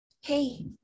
Hey